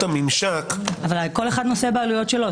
המשק- -- כל אחד נושא בעלויות משלו.